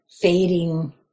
fading